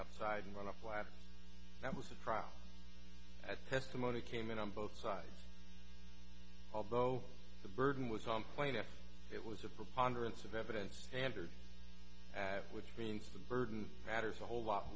outside and when a flap that was a trial at testimony came in on both sides although the burden was on plaintiff's was a preponderance of evidence standard at which means the burden matters a whole lot